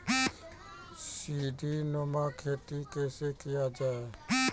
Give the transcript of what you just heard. सीडीनुमा खेती कैसे किया जाय?